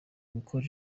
gukora